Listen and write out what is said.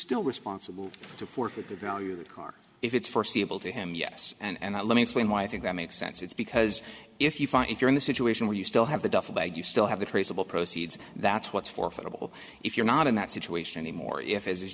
still responsible to forfeit the value of car if it's foreseeable to him yes and let me explain why i think that makes sense it's because if you find if you're in the situation where you still have the duffel bag you still have the traceable proceeds that's what forfeit all if you're not in that situation anymore if as is